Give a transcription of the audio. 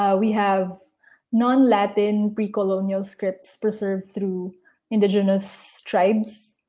ah we have non-latin pre-colonial scripts preserved through indigenous tribes.